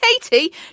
Katie